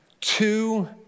two